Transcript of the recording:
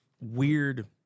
Weird